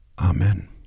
Amen